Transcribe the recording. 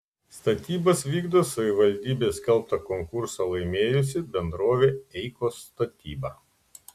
statybas vykdo savivaldybės skelbtą viešą konkursą laimėjusi bendrovė eikos statyba